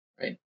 right